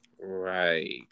Right